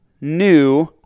new